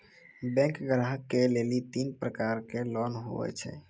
Bank ग्राहक के लेली तीन प्रकर के लोन हुए छै?